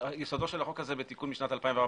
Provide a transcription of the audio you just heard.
יסודו של החוק הזה בתיקון משנת 2014